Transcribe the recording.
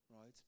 right